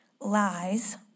lies